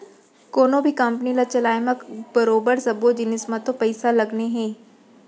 कोनों भी कंपनी ल चलाय म बरोबर सब्बो जिनिस म तो पइसा लगने हे